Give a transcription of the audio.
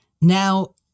Now